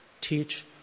teach